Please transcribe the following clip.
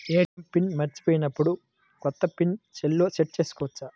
ATM pin మరచిపోయినప్పుడు, కొత్త pin సెల్లో సెట్ చేసుకోవచ్చా?